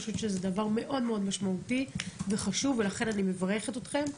זה דבר מאוד משמעותי וחשוב ולכן אני מברכת אתכם.